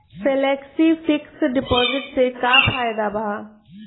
Flexi fix deposit से का फायदा भा?